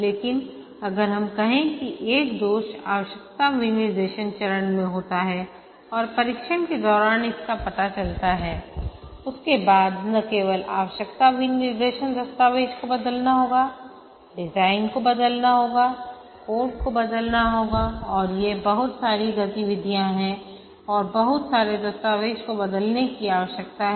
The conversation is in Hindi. लेकिन अगर हम कहें कि एक दोष आवश्यकता विनिर्देश चरण में होता है और परीक्षण के दौरान इसका पता चलता है उसके बाद न केवल आवश्यकता विनिर्देश दस्तावेज को बदलना होगा डिज़ाइन को बदलना होगा कोड को बदलना होगा और ये बहुत सारी गतिविधियाँ हैं और बहुत सारे दस्तावेजों को बदलने की आवश्यकता है